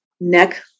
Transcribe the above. Neck